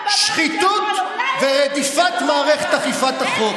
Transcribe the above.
שחיתות ורדיפת מערכת אכיפת החוק.